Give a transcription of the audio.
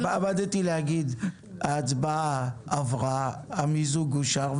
ההצבעה עברה, המיזוג אושר.